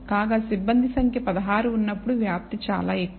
కాగా సిబ్బంది సంఖ్య 16 ఉన్నప్పుడు వ్యాప్తి చాలా ఎక్కువ